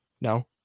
No